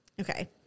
okay